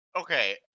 Okay